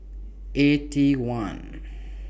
Eighty One